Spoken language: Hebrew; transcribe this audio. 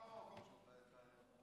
ההצעה להעביר את הנושא לוועדת העבודה,